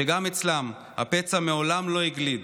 וגם אצלם הפצע מעולם לא הגליד.